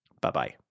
Bye-bye